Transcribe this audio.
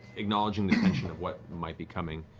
acknowledging the tension of what might be coming,